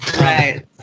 Right